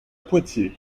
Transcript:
poitiers